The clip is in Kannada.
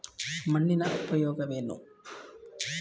ಮಣ್ಣಿನ ಉಪಯೋಗವೇನು?